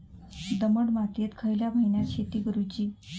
दमट मातयेत खयल्या महिन्यात शेती करुची?